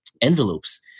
envelopes